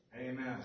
Amen